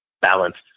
balanced